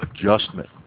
adjustment